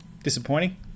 Disappointing